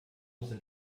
sind